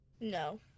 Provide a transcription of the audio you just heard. No